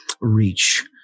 reach